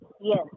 Yes